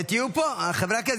תהיו פה, חברי הכנסת.